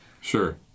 Sure